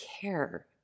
care